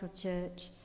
Church